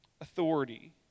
authority